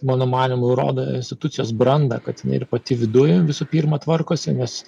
mano manymu rodo institucijos brandą kad jinai ir pati viduj visų pirma tvarkosi nes